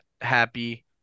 happy